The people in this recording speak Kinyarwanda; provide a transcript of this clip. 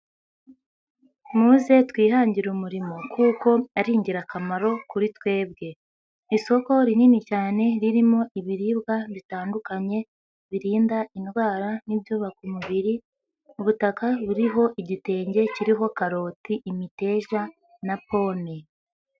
Muze twihangire umurimo kuko ari ingirakamaro kuri twebwe. Isoko rinini cyane ririmo ibiribwa bitandukanye, birinda indwara n'ibyubaka umubiri. Ubutaka buriho igitenge kiriho karoti imiteja na poni.